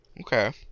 Okay